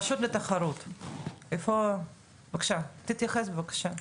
רשות לתחרות, תתייחס בבקשה,